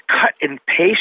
cut-and-paste